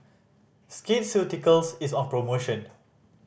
Skin Ceuticals is on promotion